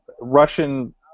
Russian